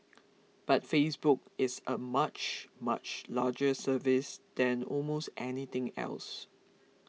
but Facebook is a much much larger service than almost anything else